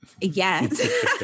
Yes